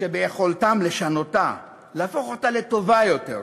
שביכולתם לשנותה, להפוך אותה לטובה יותר,